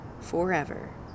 forever